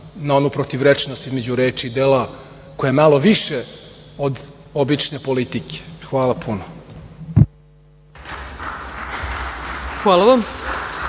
na onu protivrečnost između reči i dela koja je malo više od obične politike. Hvala puno. **Ana